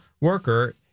worker